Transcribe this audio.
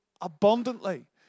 abundantly